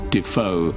Defoe